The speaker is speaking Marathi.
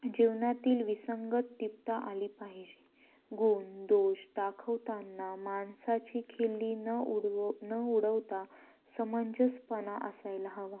जीवनातील विसंगता टिपता आली पाहिजे गुण दोष दाखवतांना माणसाची खिल्ली न उडवू न उडवता समंजसपणा असायला हवा